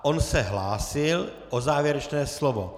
On se hlásil o závěrečné slovo.